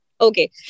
Okay